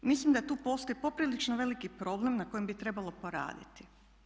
Mislim da tu postoji poprilično veliki problem na kojem bi trebalo proraditi.